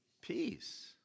Peace